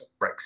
Brexit